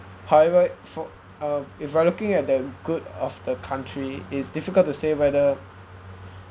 however for uh if you're looking at the good of the country it's difficult to say whether